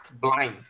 blind